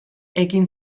ekin